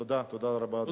תודה, תודה רבה, אדוני.